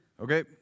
Okay